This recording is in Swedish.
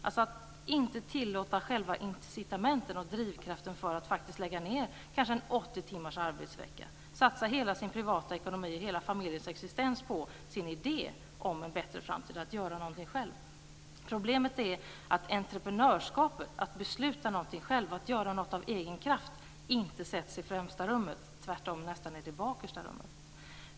Man gynnar inte incitamenten och drivkraften för att satsa kanske 80 timmars arbetsvecka, hela sin privata ekonomi och familjens existens på en idé om att göra någonting själv för en bättre framtid. Problemet är att entreprenörskapet, att besluta någonting själv, att göra något av egen kraft, inte sätts i främsta rummet utan tvärtom nästan i det bakersta rummet. Fru talman!